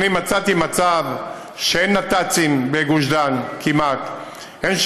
אני מצאתי מצב שכמעט אין נת"צים בגוש דן,